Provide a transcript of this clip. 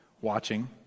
watching